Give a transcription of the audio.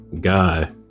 guy